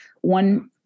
one